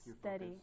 steady